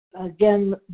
again